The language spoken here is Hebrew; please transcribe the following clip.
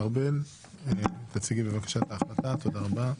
ארבל, תציגי בבקשה את ההחלטה, תודה רבה.